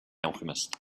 alchemist